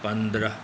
पन्द्रह